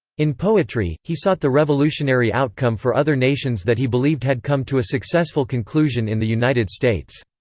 in poetry, he sought the revolutionary outcome for other nations that he believed had come to a successful conclusion in the united states.